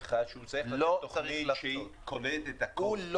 אני מסכים איתך שהוא צריך לתת תוכנית שכוללת את הכול,